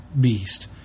beast